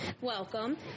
Welcome